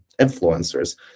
influencers